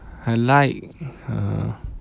I like uh